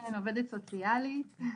כן עובדת סוציאלית (צוחקת),